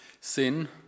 sin